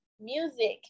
music